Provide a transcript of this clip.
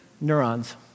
neurons